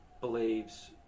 believes